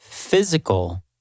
physical